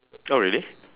oh really